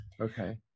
Okay